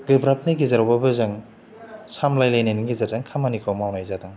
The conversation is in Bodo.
गोब्राबनि गेजेरावबाबो जों सामलायलायनायनि गेजेरजों खामानिखौ मावनाय जादों